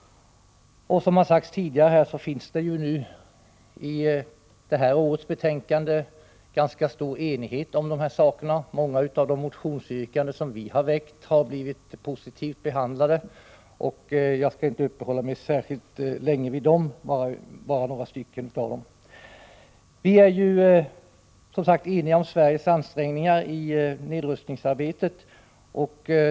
Det råder, som tidigare har sagts, i årets betänkande ganska stor enighet när det gäller nedrustning. Många av yrkandena i de motioner som vi har väckt har blivit positivt behandlade. Jag skall inte uppehålla mig särskilt länge vid dessa, utan bara beröra några av dem. Vi är som sagt eniga om Sveriges ansträngningar i nedrustningsarbetet.